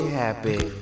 happy